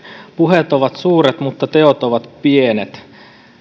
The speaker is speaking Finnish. puheet ovat suuret mutta teot ovat pienet